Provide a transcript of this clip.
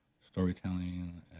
storytelling